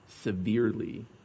severely